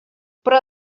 però